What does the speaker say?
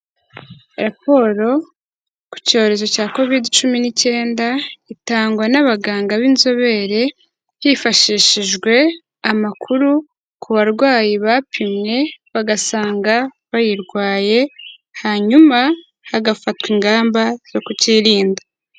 Raporo ku cyorezo cya COVID cumi n'icyenda itangwa n'abaganga b'inzobere, hifashishijwe amakuru ku barwayi bapimwe bagasanga bayirwaye, hanyuma hagafatwa ingamba zo kukirinda.